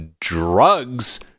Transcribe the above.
drugs